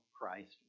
Christ